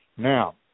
Now